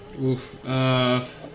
Oof